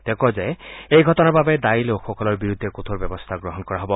তেওঁ কয় যে এই ঘটনাৰ বাবে দায়ী লোকসকলৰ বিৰুদ্ধে কঠোৰ ব্যৱস্থা গ্ৰহণ কৰা হ'ব